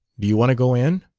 do you want to go in?